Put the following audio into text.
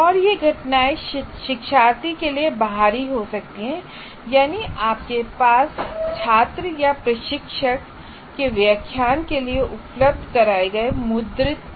और ये घटनाएँ शिक्षार्थी के लिए बाहरी हो सकती हैं यानी आपके पास छात्र या प्रशिक्षक के व्याख्यान के लिए उपलब्ध कराए गए मुद्रित पृष्ठ हैं